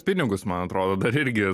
pinigus man atrodo dar irgi